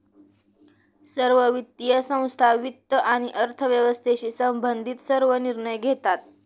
सर्व वित्तीय संस्था वित्त आणि अर्थव्यवस्थेशी संबंधित सर्व निर्णय घेतात